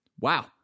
Wow